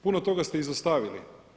Puno toga ste izostavili.